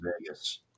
Vegas